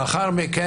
לאחר מכן,